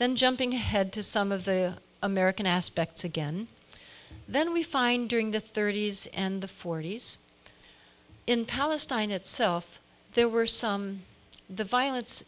then jumping ahead to some of the american aspects again then we find during the thirty's and the forty's in palestine itself there were some the violence